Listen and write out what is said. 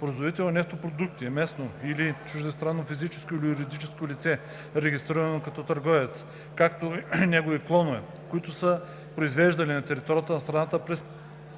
„Производител на нефтопродукти“ е местно или чуждестранно физическо или юридическо лице, регистрирано като търговец, както и негови клонове, които са произвеждали на територията на страната през